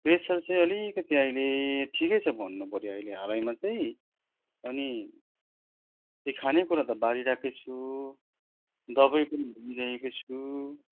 pressure चाहिँ अलिकति अहिले ठिकै छ भन्नुपऱ्यो अहिले हालैमा चाहिँ अनि खानेकुरा त बारिरहेकै छु दबाई पनि लिइरहेकै छु